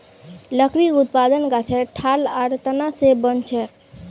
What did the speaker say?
लकड़ी उत्पादन गाछेर ठाल आर तना स बनछेक